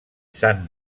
sant